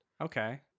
Okay